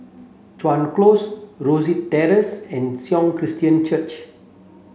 Chuan Close Rosyth Terrace and Sion Christian Church